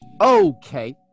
Okay